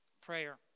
prayer